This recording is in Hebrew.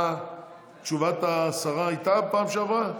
תשובת השרה הייתה בפעם שעברה?